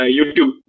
YouTube